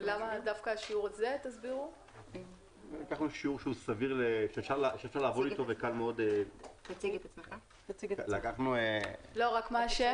למה דווקא 10%. אני אייל חדד,